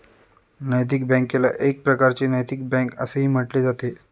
नैतिक बँकेला एक प्रकारची नैतिक बँक असेही म्हटले जाते